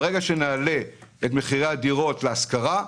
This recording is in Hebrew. ברגע שנעלה את מחירי הדירות להשכרה,